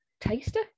taster